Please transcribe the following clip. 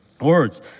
Words